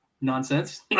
nonsense